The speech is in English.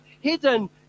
hidden